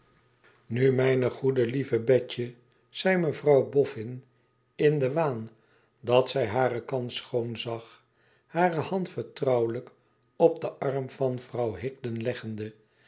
nu mijne goede lieve betje zei mevrouw boffin in den waan dat zij hare kans schoon zag hare hand vertrouwelijk op den arm van vrouw higden leggende